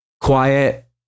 quiet